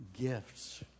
gifts